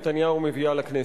בעצם מביאה לנו,